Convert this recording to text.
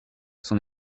son